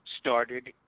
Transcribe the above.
Started